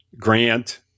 Grant